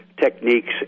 techniques